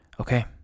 Okay